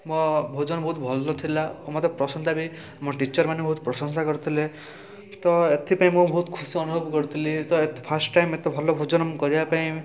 ମୋ ଭୋଜନ ବହୁତ ଭଲ ଥିଲା ଓ ମୋତେ ପ୍ରଶଂସା ବି ମୋ ଟିଚର୍ମାନେ ବହୁତ ପ୍ରଶଂସା କରିଥିଲେ ତ ଏଥିପାଇଁ ମୁଁ ବହୁତ ଖୁସି ଅନୁଭବ କରୁଥିଲି ତ ଏଥି ଫାଷ୍ଟ ଟାଇମ୍ ଏତେ ଭଲ ଭୋଜନ ମୁଁ କରିବାପାଇଁ